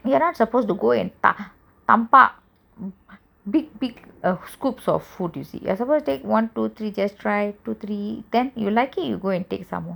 we are not supposed to go and tha~ thamba big big scopes of food you see you're supposed to take one two three just try two three you like it then you go and take some more